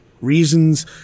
reasons